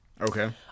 Okay